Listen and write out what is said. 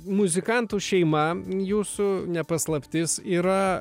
muzikantų šeima jūsų ne paslaptis yra